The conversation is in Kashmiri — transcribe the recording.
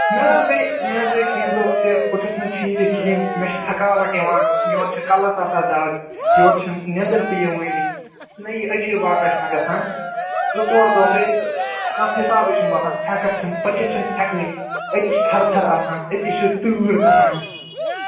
مےٚ حظ گٔے مےٚحظ گٔے کیٚنٛہہ دۄہ تہٕ بہٕ چھُس نہٕ ٹھیٖک کِہیٖنٛۍ مےٚ چھِ تھکاوَٹھ یِوان یورٕ چھِ کَلَس آسان دَگ یورٕ چھےٚ نہٕ نٮ۪نٛدٕرتہِ یِوانٕے نہَ یہِ عجیٖب واقع چھُ مےٚ گژھان زٕ ژور دۄہ گٔے تہٕ کانٛہہ حِسابٕے چھُنہٕ باسان ہٮ۪کَتھ چھےٚ نہٕ پٔکِتھ چھِنہٕ ہٮ۪کانٕے أتی چھِ تھر تھر آسان أتی چھِ تۭر کھسان